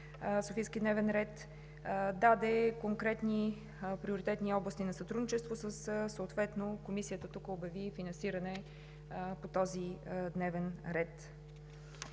Софийски дневен ред. Даде конкретни приоритетни области на сътрудничество, съответно Комисията тук обяви финансиране по този дневен ред.